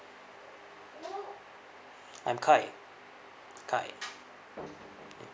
I'm kai kai